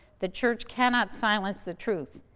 the church cannot silence the truth,